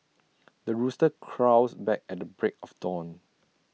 the rooster crows back at the break of dawn